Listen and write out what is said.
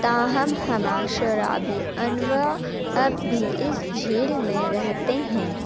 تاہم ہمہ شورابی انواع اب بھی اس جھیل میں رہتے ہیں